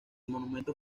monumento